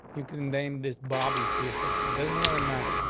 you can name this bobby css doesn't really matter.